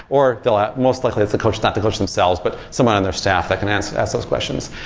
or they'll most likely that's a coach, not to coach themselves, but someone on their staff that can ask ask those questions.